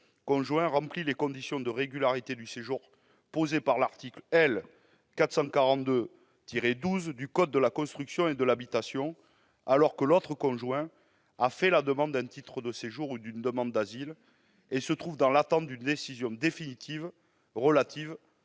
seulement remplit les conditions de régularité du séjour posées par l'article L. 442-12 du code de la construction et de l'habitation, alors que l'autre conjoint a fait la demande d'un titre de séjour ou d'une demande d'asile et se trouve dans l'attente d'une décision définitive relative